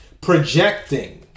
Projecting